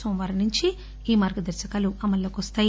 నోమవారం నుంచి ఈ మార్గదర్శకాలు అమల్లోకి వస్తాయి